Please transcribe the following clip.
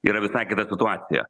yra visai kita situacija